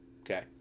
okay